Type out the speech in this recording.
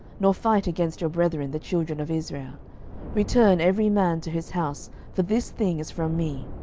nor fight against your brethren the children of israel return every man to his house for this thing is from me.